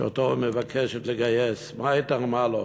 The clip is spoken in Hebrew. שאותו היא מבקשת לגייס, מה היא תרמה לו?